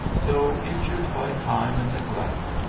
though injured by time and neglect,